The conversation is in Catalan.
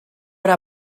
hora